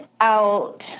out